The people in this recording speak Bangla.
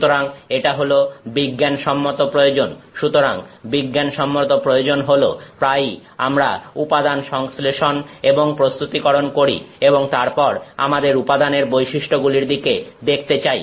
সুতরাং এটা হল বিজ্ঞানসম্মত প্রয়োজন সুতরাং বিজ্ঞানসম্মত প্রয়োজন হল প্রায়ই আমরা উপাদান সংশ্লেষণ এবং প্রস্তুতিকরণ করি এবং তারপর আমরা উপাদানের বৈশিষ্ট্যগুলির দিকে দেখতে চাই